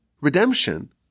redemption